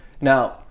Now